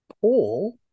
Paul